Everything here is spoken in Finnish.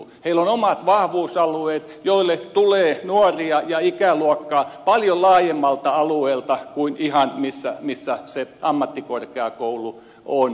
heillä on oma vahvuusalueensa joille tulee nuorta ikäluokkaa paljon laajemmalta alueelta kuin ihan sieltä missä se ammattikorkeakoulu on